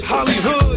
Hollywood